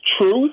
truth